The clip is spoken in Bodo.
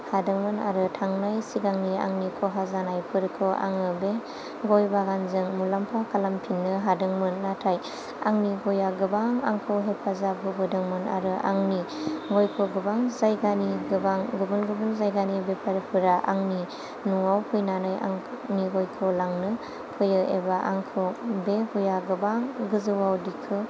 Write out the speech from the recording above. हादोंमोन आरो थांनाय सिगांनि आंनि खहा जानायफोरखौ आङो बे गय बागानजों मुलाम्फा खालामफिननो हादोंमोन नाथाय आंनि गयआ गोबां आंखौ हेफाजाब होबोदोंमोन आरो आंनि गयखौ गोबां जायगानि गोबां गुबुन गुबुन जायगानि बेफारफोरा आंनि न'आव फैनानै आंनि गयखौ लांनो फैयो एबा आंखौ बे गयआ गोबां गोजौआव दिखो